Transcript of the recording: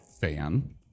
fan